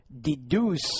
deduce